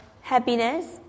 happiness